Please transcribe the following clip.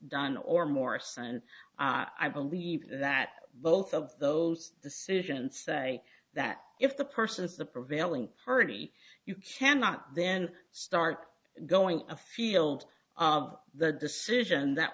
don or morse and i believe that both of those decisions say that if the person is the prevailing party you cannot then start going a few eld of the decision that